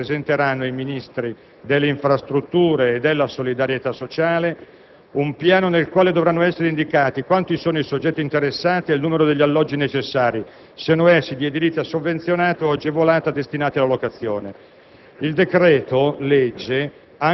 in quei Comuni che entro tre mesi presenteranno ai Ministri delle infrastrutture e della solidarietà sociale un piano nel quale dovranno essere indicati quanti sono i soggetti interessati e il numero di alloggi necessari, siano essi di edilizia sovvenzionata o agevolata destinati alla locazione.